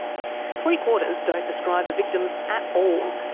three-quarters don't describe the victims at all,